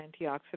antioxidant